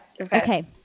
Okay